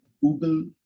Google